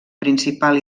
principal